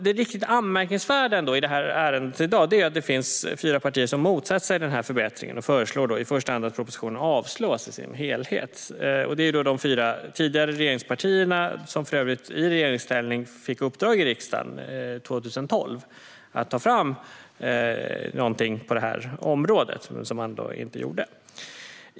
Det riktigt anmärkningsvärda i dagens ärende är att det finns fyra partier som motsätter sig den här förbättringen och i första hand föreslår att propositionen avslås i sin helhet. Det är de fyra tidigare regeringspartierna, som för övrigt i regeringsställning 2012 fick i uppdrag av riksdagen att ta fram någonting på det här området, vilket man dock inte gjorde.